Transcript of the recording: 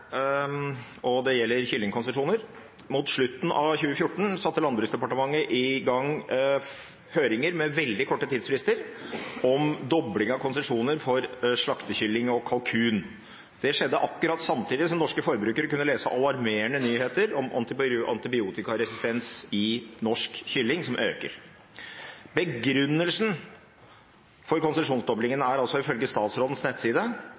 og matministeren, og det gjelder kyllingkonsesjoner. Mot slutten av 2014 satte Landbruksdepartementet i gang høringer med veldig korte tidsfrister om dobling av konsesjoner for slaktekylling og -kalkun. Det skjedde akkurat samtidig som norske forbrukere kunne lese alarmerende nyheter om antibiotikaresistens i norsk kylling, som øker. Begrunnelsen for konsesjonsdoblingen er, ifølge statsrådens nettside,